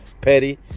petty